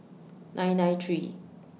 nine nine three